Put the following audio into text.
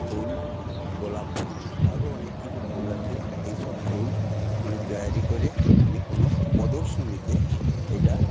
ফুল গোলাপ ফুল আরো অনেক কিছু ফুল আছে এইসব ফুল মানে তৈরি করে আমি কোনো প্রদর্শনীতে এটা